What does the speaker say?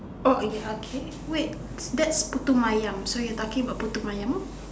oh ya okay wait that's Putu-Mayam so you're talking about Putu-Mayam